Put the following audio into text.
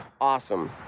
Awesome